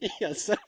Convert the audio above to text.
Yes